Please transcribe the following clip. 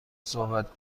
صحبت